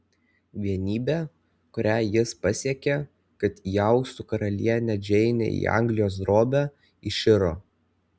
vienybė kurią jis pasiekė kad įaustų karalienę džeinę į anglijos drobę iširo